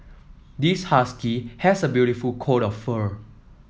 this husky has a beautiful coat of fur